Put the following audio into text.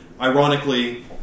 Ironically